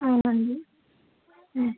అవునండి